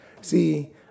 See